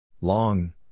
Long